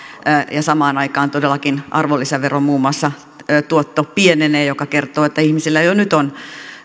ja samaan aikaan todellakin muun muassa arvonlisäveron tuotto pienenee mikä kertoo että ihmisillä jo nyt on